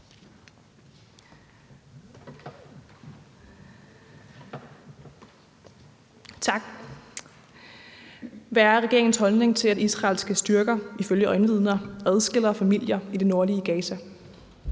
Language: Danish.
Hvad er regeringens holdning til, at israelske styrker ifølge øjenvidner adskiller familier i det nordlige Gaza?